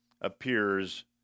appears